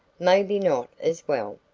maybe not as well.